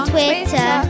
Twitter